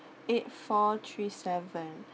eight four three seven